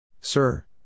Sir